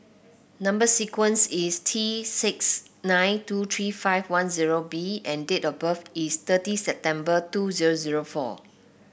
number sequence is T six nine two three five one zero B and date of birth is thirty September two zero zero four